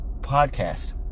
podcast